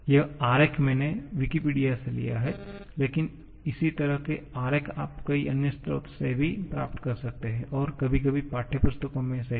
यह आरेख मैंने विकिपीडिया से लिया है लेकिन इसी तरह के आरेख आप कई अन्य स्रोतों से भी प्राप्त कर सकते हैं और कभी कभी पाठ्यपुस्तकों में से भी